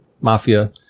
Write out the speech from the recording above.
Mafia